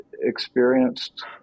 experienced